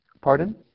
Pardon